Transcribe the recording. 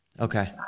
Okay